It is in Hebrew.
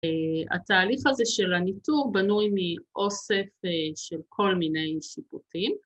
‫התהליך הזה של הניתוב ‫בנוי מאוסף של כל מיני שיפוטים.